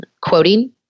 quoting